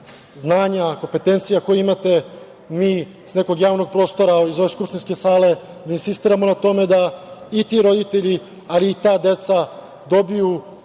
znanja, kompetencija koje imate, mi iz nekog javnog prostora, iz ove skupštinske sale, da insistiramo na tome da i ti roditelji, ali i ta deca dobiju